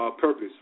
purpose